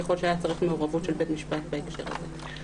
ככל שהיה צריך מעורבות של בית המשפט בהקשר הזה.